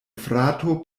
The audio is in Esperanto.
frato